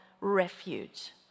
refuge